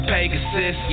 Pegasus